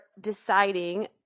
deciding